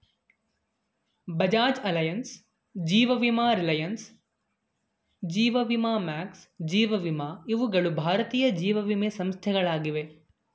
Bajaj Allianz, ಜೀವ ವಿಮಾ ರಿಲಯನ್ಸ್, ಜೀವ ವಿಮಾ ಮ್ಯಾಕ್ಸ್, ಜೀವ ವಿಮಾ ಇವುಗಳ ಭಾರತೀಯ ಜೀವವಿಮೆ ಸಂಸ್ಥೆಗಳಾಗಿವೆ